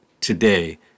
today